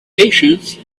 patience